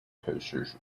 coasters